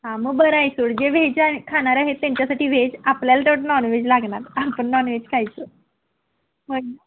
हां मग बरं आहे सोड व्हेज आहे खाणार आहेत त्यांच्यासाठी व्हेज आपल्याला तर नॉनव्हेज लागणार आपण नॉनव्हेज खायचं मग